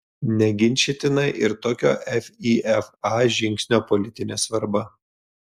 neginčytina ir tokio fifa žingsnio politinė svarba